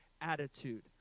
attitude